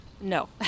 No